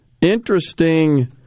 interesting